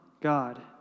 God